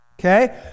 Okay